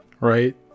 right